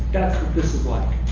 that's what this is like.